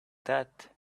that